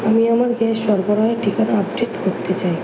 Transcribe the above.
আমি আমার গ্যাস সরবরাহের ঠিকানা আপডেট করতে চাই